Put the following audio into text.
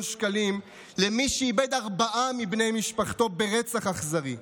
שקלים למי שאיבד ארבעה מבני משפחתו ברצח אכזרי.